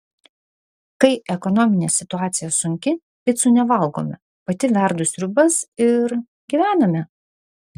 kai ekonominė situacija sunki picų nevalgome pati verdu sriubas ir gyvename